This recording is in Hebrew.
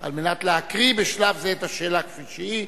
על מנת להקריא בשלב זה את השאלה כפי שהיא,